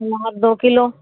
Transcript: अनार दो किलो